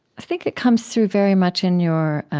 think it comes through very much in your